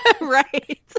right